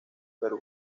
perú